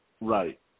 Right